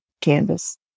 canvas